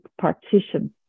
partition